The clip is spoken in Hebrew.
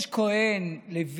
כהן, לוי,